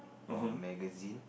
or magazine